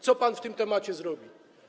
Co pan w tym temacie zrobi?